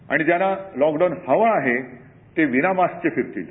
आणि ज्यांना लॉकडाऊन हवा आहे ते विनामास्कचे फिरतील